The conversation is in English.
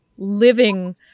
living